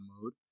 mode